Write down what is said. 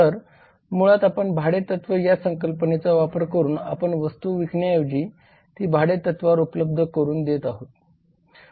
तर मुळात आपण भाडे तत्व या संकल्पनेचा वापर करून आपण वस्तू विकण्याऐवजी ती भाडे तत्वावर उपलब्ध करून देत आहोत